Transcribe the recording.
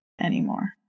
anymore